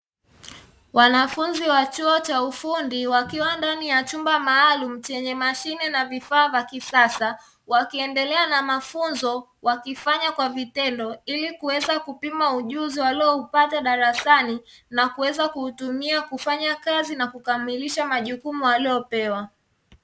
Wanafunzi wa chuo cha ufundi wakiwa ndani ya chumba maalum chenye mashine na vifaa vya kisasa, wakiendelea na mafunzo wakifanya kwa vitendo, ili kuweza kupima ujuzi walio upata darasani na kuweza kuutumia kufanya kazi na kukamilisha majukumu waliyo pewa.